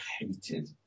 hated